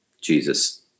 Jesus